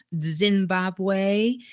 Zimbabwe